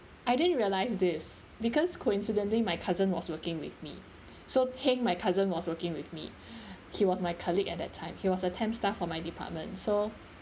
I didn't realise this because coincidently my cousin was working with me so heng my cousin was working with me he was my colleague at that time he was temp staff for my department so